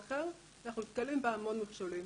אנחנו לעצמנו,